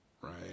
Right